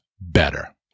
better